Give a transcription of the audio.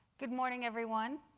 good morning, everyone.